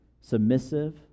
submissive